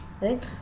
right